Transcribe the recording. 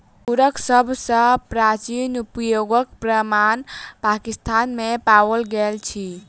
तूरक सभ सॅ प्राचीन उपयोगक प्रमाण पाकिस्तान में पाओल गेल अछि